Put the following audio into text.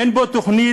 אין בו תוכנית,